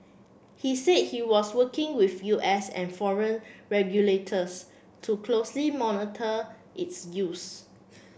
he said he was working with U S and foreign regulators to closely monitor its use